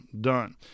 done